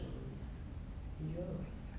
mmhmm